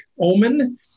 Omen